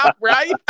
Right